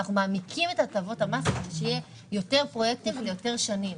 אנחנו מעמיקים את הטבות המס כדי שיהיו יותר פרויקטים ויותר שנים.